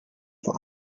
vor